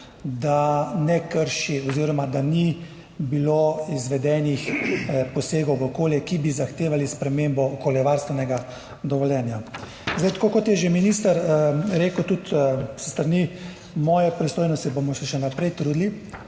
da ne krši oziroma da ni bilo izvedenih posegov v okolje, ki bi zahtevali spremembo okoljevarstvenega dovoljenja. Tako kot je že minister rekel, tudi s strani moje pristojnosti se bomo še naprej trudili,